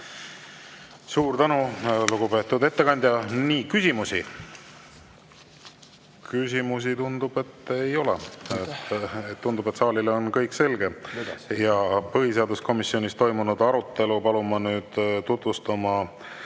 Suur tänu, lugupeetud ettekandja! Küsimusi? Küsimusi, tundub, ei ole. Tundub, et saalile on kõik selge. Põhiseaduskomisjonis toimunud arutelu palun ma nüüd siia